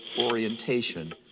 orientation